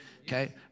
Okay